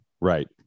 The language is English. right